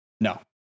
No